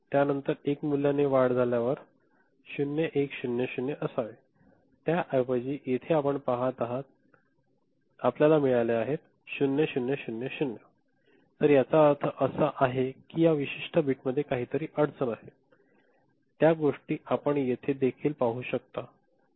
त्यानंतर 1 मूल्याने वाढ झाल्यावर हे 0 1 0 0 असावे त्याऐवजी येथे आपण जे पाहत आहात ते 0 0 0 0 0 आहे तर याचा अर्थ असा आहे की या विशिष्ट बिटमध्ये काही अडचण आहे त्या गोष्टी आपण येथे देखील पाहू शकतो